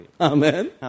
Amen